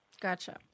Gotcha